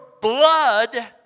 blood